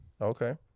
Okay